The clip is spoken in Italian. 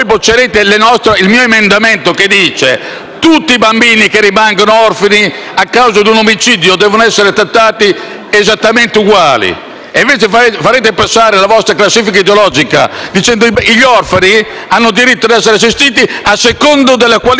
uguale, e farete passare la vostra classifica ideologica, per cui gli orfani hanno diritto a essere assistiti a seconda della qualifica dell'assassino: è un'aberrazione. E, se permettete, una volta bocciato questo emendamento, io di aberrazioni non ne voto,